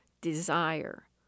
desire